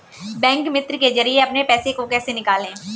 Bank मित्र के जरिए अपने पैसे को कैसे निकालें?